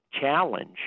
challenge